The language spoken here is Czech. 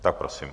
Tak prosím.